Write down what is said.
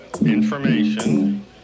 information